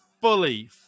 Fully